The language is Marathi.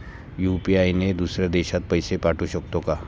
यु.पी.आय ने दुसऱ्या देशात पैसे पाठवू शकतो का?